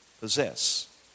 possess